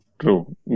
True